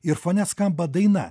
ir fone skamba daina